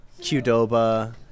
qdoba